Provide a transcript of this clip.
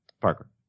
Parker